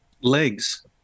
legs